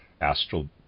astral